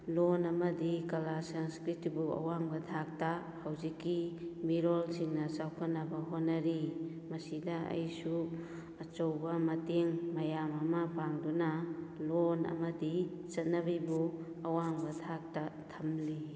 ꯂꯣꯟ ꯑꯃꯗꯤ ꯀꯂꯥ ꯁꯪꯁꯀ꯭ꯔꯤꯇꯤꯕꯨ ꯑꯋꯥꯡꯕ ꯊꯥꯛꯇ ꯍꯧꯖꯤꯛꯀꯤ ꯃꯤꯔꯣꯜꯁꯤꯡꯅ ꯆꯥꯎꯈꯠꯅꯕ ꯍꯣꯠꯅꯔꯤ ꯃꯁꯤꯗ ꯑꯩꯁꯨ ꯑꯆꯧꯕ ꯃꯇꯦꯡ ꯃꯌꯥꯝ ꯑꯃ ꯄꯥꯡꯗꯨꯅ ꯂꯣꯟ ꯑꯃꯗꯤ ꯆꯠꯅꯕꯤꯕꯨ ꯑꯋꯥꯡꯕ ꯊꯥꯛꯇ ꯊꯝꯂꯤ